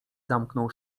zamknął